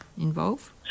involve